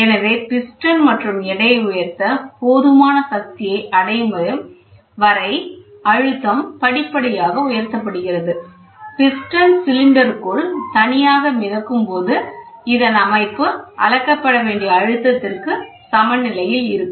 எனவே பிஸ்டன் மற்றும் எடையைத் உயர்த்த போதுமான சக்தியை அடையும் வரை அழுத்தம் படிப்படியாகப் உயர்த்தப்படுகிறது பிஸ்டன் சிலிண்டருக்குள் தனியாக மிதக்கும் போது இதன் அமைப்பு அளக்கப்பட வேண்டிய அழுத்தத்திற்கு சமநிலையில் இருக்கும்